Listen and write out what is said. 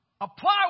Apply